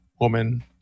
woman